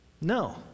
No